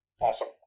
Awesome